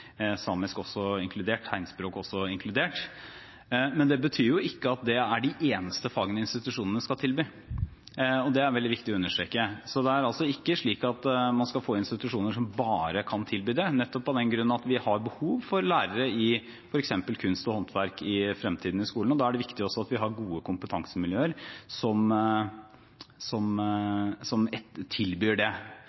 samisk og tegnspråk også inkludert. Det betyr jo ikke at det er de eneste fagene institusjonene skal tilby. Det er veldig viktig å understreke. Det er ikke slik at man skal få institusjoner som bare kan tilby det, nettopp av den grunn at vi har behov for lærere i f.eks. kunst og håndverk i fremtiden i skolen, og da er det viktig at vi har gode kompetansemiljøer som tilbyr det.